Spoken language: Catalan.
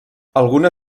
alguna